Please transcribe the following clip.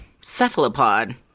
cephalopod